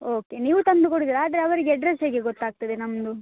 okay ನೀವು ತಂದು ಕೊಡುವುದಿಲ್ಲ ಆದರೆ ಅವರಿಗೆ ಅಡ್ರೆಸ್ ಹೇಗೆ ಗೊತ್ತಾಗ್ತದೆ ನಮ್ಮದು